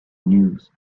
news